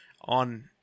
on